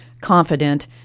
confident